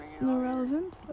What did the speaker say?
Irrelevant